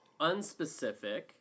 unspecific